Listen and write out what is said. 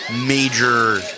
major